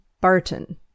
Barton